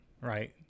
right